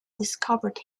discovered